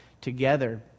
together